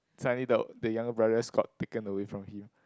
suddenly the the younger brothers got taken away from him